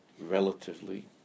relatively